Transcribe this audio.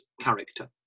character